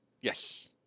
Yes